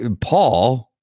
Paul